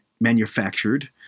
manufactured